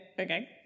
okay